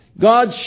God